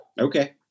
Okay